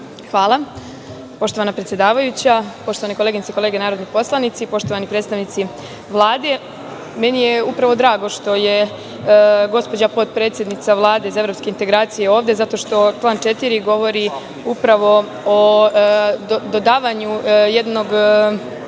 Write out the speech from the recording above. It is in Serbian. Hvala. Poštovana predsedavajuća, poštovane koleginice i kolege narodni poslanici, poštovani predstavnici Vlade, meni je upravo drago što je gospođa potpredsednica Vlade za evropske integracije ovde, zato što član 4. govori upravo o dodavanju tri